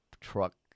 truck